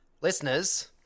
listeners